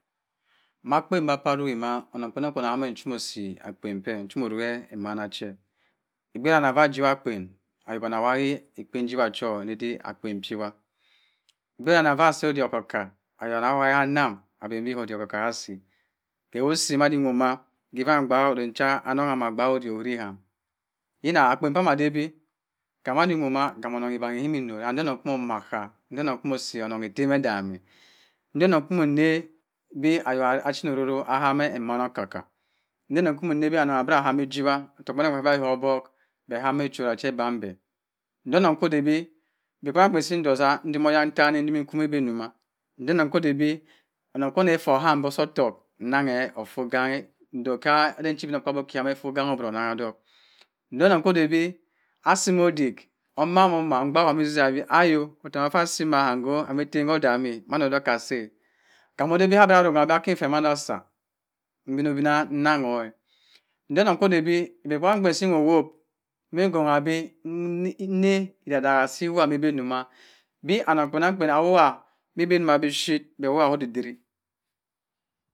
Ma akpen ma ayorri ma onnon kpannan kpa ohami eden chamo si akpen pẹ chomo orohi emanna che obgh danni ava jiwa akpen ayok danni awki akpen jiwa chọ anna da akpen pọwa obgh danni ava si odik okka-okka ayok awagi ka nnam obi kor okdik okko-okka ka si kewo si madin nwowa ma iva nnbaak-o aden sa onnon obaaki ọttọk owuri bham yinna akpen pa adabi kam madi nwo ma kam onnon e banni ikmmi rora kam oda onnon komo omakka nda onnon osi onnon etem edam-e nda onnon pimo na bi ayok pachinna ororo be yami emmana okka-okka nda onnon kọmo ra bi onnon ahami ajiwa ottoku kpanankpa to oho be koọbọk bẹ hami ejora fa ebam bẹ nda onnon ko da bi iba kpanan kpan pi ndo-zah ndimi oyan tan nko ma bi-ma nda onnon koda bi onnon ko nn eva oham bi sosi ọttọku nnang hẹ ofo kanni ndok-a aden ja idin-okpaabyi onnan mẹ eva oganni odorọ nnana dok nda onnon koda bi asi ka odik omma mum omma mdak-o ek ezi-zika ayo ottoku fo asi ma kam etem ko odami-a odo-dok ka si kam aron bi aka efa asa n binobina nnanko nda onnon ko da bi iba kpunann kpu bi mo wop immi honna di nna idaak daka ma ida doma bi annon kpanan kpa ahowa ma eba ma biphyit odidiri